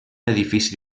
edifici